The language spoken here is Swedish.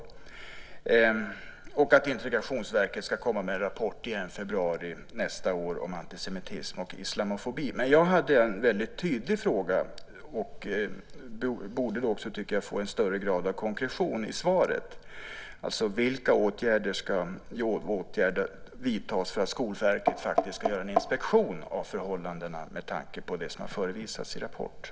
Det är också bra att Integrationsverket ska komma med en rapport igen i februari nästa år om antisemitism och islamofobi. Men jag hade en tydlig fråga, och tycker också att jag då borde få en högre grad av konkretion i svaret. Vilka åtgärder ska vidtas för att Skolverket ska göra en inspektion av förhållandena med tanke på det som har förevisats i rapporten?